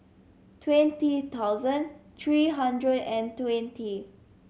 twenty thousand three hundred and twenty